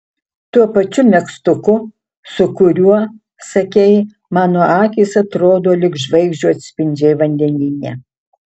tuo pačiu megztuku su kuriuo sakei mano akys atrodo lyg žvaigždžių atspindžiai vandenyne